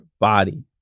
body